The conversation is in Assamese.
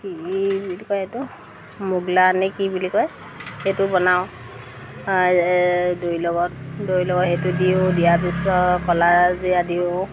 কি বুলি কয় এইটো মুগলা আনে কি বুলি কয় সেইটো বনাওঁ দৈ লগত দৈ লগত সেইটো দিওঁ দিয়াৰ পিছত কলাজীৰা দিওঁ